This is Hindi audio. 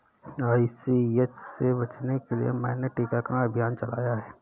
आई.सी.एच से बचने के लिए मैंने टीकाकरण अभियान चलाया है